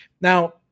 Now